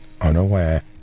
unaware